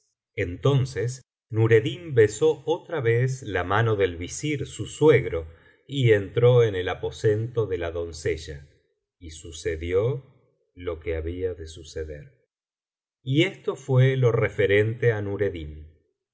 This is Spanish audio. entonces nureddin besó otra vez la mano del visir su suegro y entró en el aposento de la doncella y sucedió lo que había de suceder y esto fué lo referente á nureddin